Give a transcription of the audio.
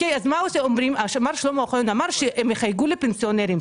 אז מר שלמה אוחיון אמר שהם יחייגו לפנסיונרים.